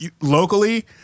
Locally